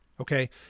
Okay